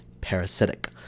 parasitic